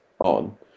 on